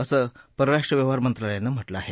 असं परराष्ट्र व्यवहार मंत्रालयानं म्हटलं आह